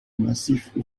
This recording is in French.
massif